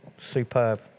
Superb